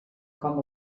com